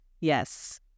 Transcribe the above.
yes